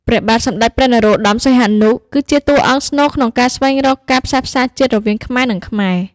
ព្រះបាទសម្តេចព្រះ នរោត្តម សីហនុ គឺជាតួអង្គស្នូលក្នុងការស្វែងរកការផ្សះផ្សាជាតិរវាងខ្មែរ និងខ្មែរ។